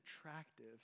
attractive